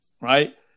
right